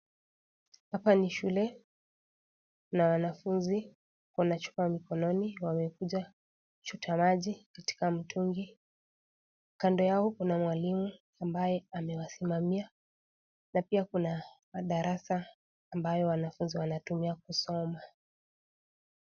Hapa ni shule, na wanafunzi wanachukua mikononi, wamekuja kuchota maji, katika mtungi. Kando yao kuna mwalimu ambaye amewasimamia, na pia kuna madarasa ambayo wanafunzi wanatumia kusoma.